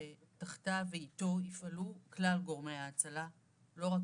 שתחתיו ואיתו יפעלו כלל גורמי ההצלה - לא רק